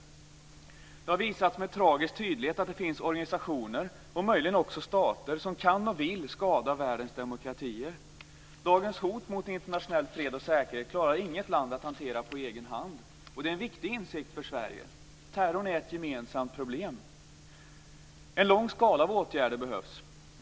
Det har visats med tragisk tydlighet att det finns organisationer och möjligen också stater som kan och vill skada världens demokratier. Dagens hot mot internationell fred och säkerhet klarar inget land att hantera på egen hand. Det är en viktig insikt för Sverige. Terrorn är ett gemensamt problem. En lång skala av åtgärder behövs.